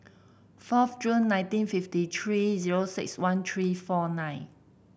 fourth June nineteen fifty three zero six one three four nine